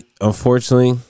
Unfortunately